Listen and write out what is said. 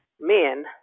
men